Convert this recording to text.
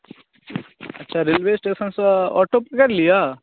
तऽ रेलवेस्टेशनसँ ऑटो पकड़ि लिअ